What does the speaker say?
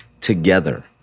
together